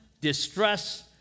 distress